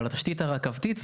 על התשתית הרכבתית.